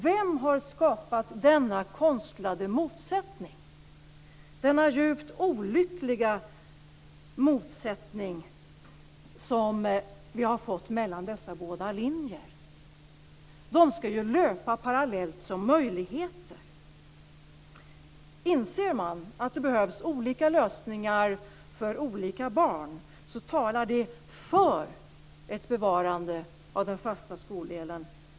Vem har skapat denna konstlade motsättning, denna djupt olyckliga motsättning som vi har fått mellan dessa båda linjer? De ska ju löpa parallellt som möjligheter. Inser man att det behövs olika lösningar för olika barn så talar det för ett bevarande av den fasta skoldelen.